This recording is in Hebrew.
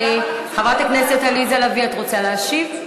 חברת הכנסת עליזה לביא, את רוצה להשיב?